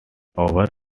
over